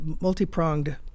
multi-pronged